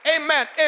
Amen